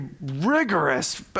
rigorous